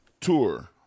tour